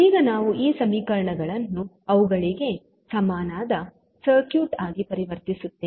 ಈಗ ನಾವು ಈ ಸಮೀಕರಣಗಳನ್ನು ಅವುಗಳಿಗೆ ಸಮನಾದ ಸರ್ಕ್ಯೂಟ್ ಆಗಿ ಪರಿವರ್ತಿಸುತ್ತೇವೆ